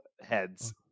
heads